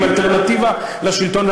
עם אלטרנטיבה לשלטון.